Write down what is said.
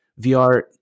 VR